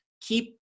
keep